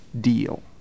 deal